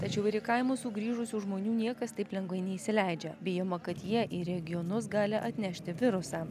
tačiau ir į kaimus sugrįžusių žmonių niekas taip lengvai neįsileidžia bijoma kad jie į regionus gali atnešti virusą